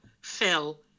Phil